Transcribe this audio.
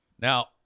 Now